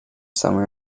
summer